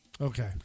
Okay